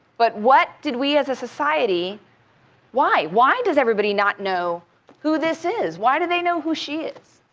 but what did we as a society why? why does everybody not know who this is? why do they know who she is?